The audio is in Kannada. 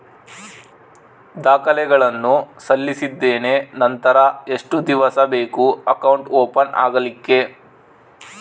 ದಾಖಲೆಗಳನ್ನು ಸಲ್ಲಿಸಿದ್ದೇನೆ ನಂತರ ಎಷ್ಟು ದಿವಸ ಬೇಕು ಅಕೌಂಟ್ ಓಪನ್ ಆಗಲಿಕ್ಕೆ?